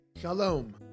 Shalom